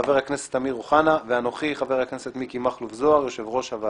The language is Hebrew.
של חה"כ אמיר אוחנה; הצ"ח לשכת עורכי הדין (שינוי סף